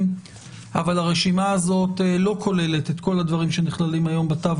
אבל הרשימה הזאת לא כוללת את כל הדברים שנכללים היום בתו